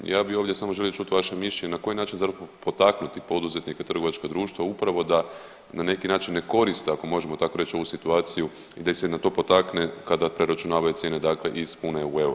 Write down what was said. I ja bi ovdje samo želio čuti vaše mišljenje na koji način zapravo potaknuti poduzetnike, trgovačka društva upravo da na neki način ne koriste ako možemo tako reći ovu situaciju i da ih se na to potakne kada preračunavaju cijene dakle iz kune u euro.